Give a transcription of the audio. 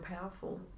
powerful